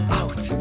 out